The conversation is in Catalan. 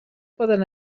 poden